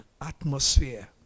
atmosphere